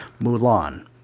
Mulan